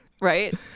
Right